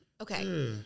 Okay